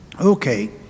okay